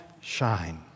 shine